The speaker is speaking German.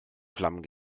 flammen